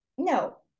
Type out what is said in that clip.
No